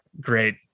great